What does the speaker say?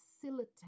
facilitate